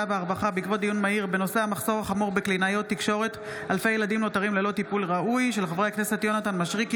והרווחה בעקבות דיון מהיר בהצעתם של חברי הכנסת יונתן מישרקי,